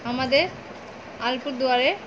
আমাদের আলিপুরদুয়ারে